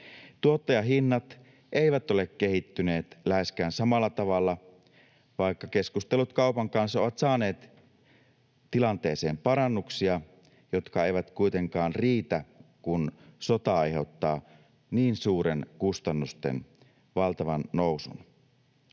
Tuottajahinnat eivät ole kehittyneet läheskään samalla tavalla, vaikka keskustelut kaupan kanssa ovat saaneet tilanteeseen parannuksia, jotka eivät kuitenkaan riitä, kun sota aiheuttaa niin suuren kustannusten nousun.